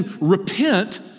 repent